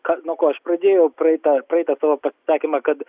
ką nuo ko aš pradėjau praeitą praeitą savo pasisakymą kad